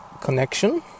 connection